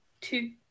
two